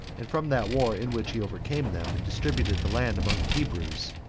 and from that war in which he overcame them, and distributed the land among the hebrews,